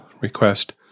request